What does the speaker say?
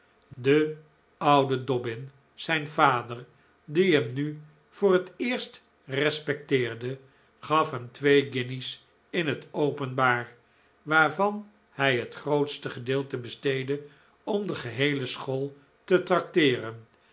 de oude dobbin zijn vader die hem nu voor het eerst respecteerde gaf hem twee guinjes in het openbaar waarvan hij het grootste gedeelte besteedde om de geheele school te trakteeren